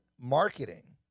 marketing